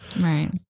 Right